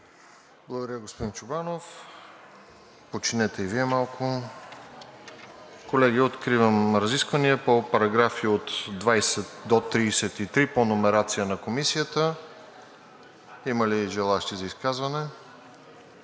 Благодаря, господин Чобанов. Колеги, откривам разисквания по параграфи от 20 до 33 по номерацията на Комисията. Има ли желаещи за изказване?